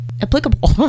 applicable